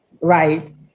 right